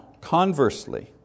conversely